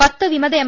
പത്ത് വിമത എം